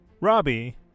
robbie